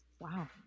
wow